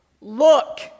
Look